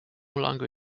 longer